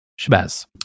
Shabazz